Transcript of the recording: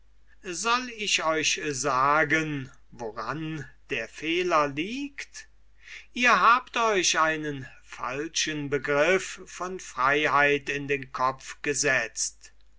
soll ich euch sagen woran der fehler liegt ihr habt euch einen falschen begriff von freiheit in den kopf gesetzt